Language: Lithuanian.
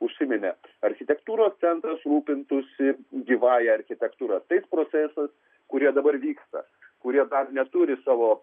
užsiminė architektūros centras rūpintųsi gyvąja architektūra tais procesais kurie dabar vyksta kurie dar neturi savo